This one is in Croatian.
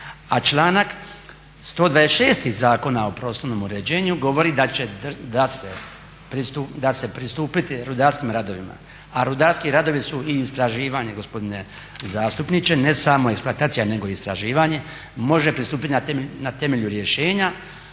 A članak 126. Zakona o prostornom uređenju govorit da se pristupiti rudarskim radovima, a rudarski radovi su i istraživanje gospodine zastupniče, ne samo eksploatacija nego i istraživanje, može pristupiti na temelju rješenja